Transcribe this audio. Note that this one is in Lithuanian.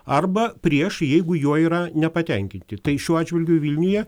arba prieš jeigu juo yra nepatenkinti tai šiuo atžvilgiu vilniuje